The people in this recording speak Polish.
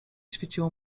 świeciło